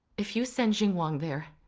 if you send xinguang there,